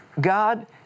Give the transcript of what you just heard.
God